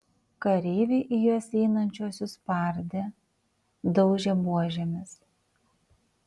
kareiviai į juos einančiuosius spardė daužė buožėmis